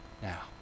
now